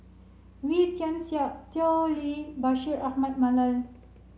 Wee Tian Siak Tao Li Bashir Ahmad Mallal